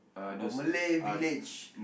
Malay village